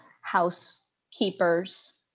housekeepers